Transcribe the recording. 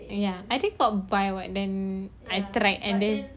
ya I think got buy one then I tried and then